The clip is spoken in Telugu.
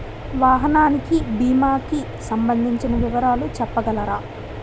వాహనానికి భీమా కి సంబందించిన వివరాలు చెప్పగలరా?